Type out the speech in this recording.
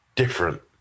Different